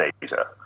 data